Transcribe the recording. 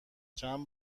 چند